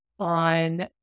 on